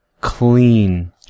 Clean